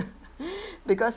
because